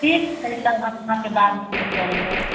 ठीक छै तऽ अपनाके बादमे फेर कॉल करब